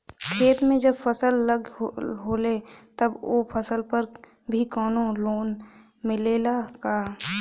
खेत में जब फसल लगल होले तब ओ फसल पर भी कौनो लोन मिलेला का?